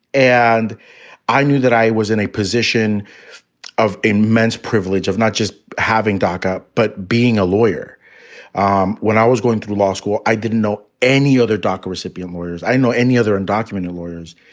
and i knew that i was in a position of immense privilege of not just having backup, but being a lawyer um when i was going through law school. i didn't know any other doctor, recipient lawyers. i know any other undocumented lawyers.